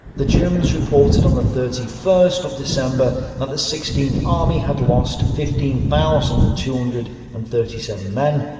the germans reported on the thirty first of december that the sixteenth army had lost fifteen thousand two hundred and thirty seven men,